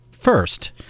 first